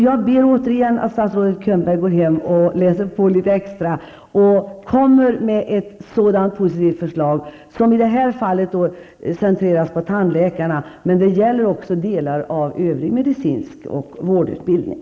Jag ber återigen att statsrådet Bo Könberg går hem och läser på litet extra och därefter kommer med ett positivt förslag vad gäller tandläkarna, men uppmaningen gäller också delar av övrig medicinsk utbildning och vårdutbildning.